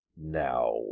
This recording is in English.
Now